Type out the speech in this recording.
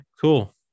cool